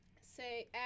say